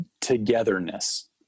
togetherness